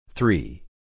Three